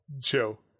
chill